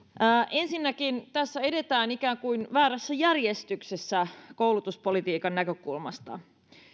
ensinnäkin tässä edetään ikään kuin väärässä järjestyksessä koulutuspolitiikan näkökulmasta